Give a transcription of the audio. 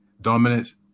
dominance